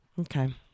Okay